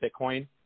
Bitcoin